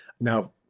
Now